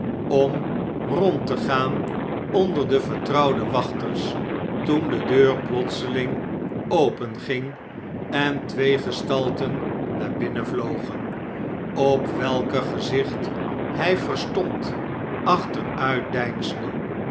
om rond te gaan onder de vertrouwde wachters toen de deur plotseling openging en ttee gestalten naar binnen vlogen op welker gezicht hij verstomd